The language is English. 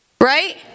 right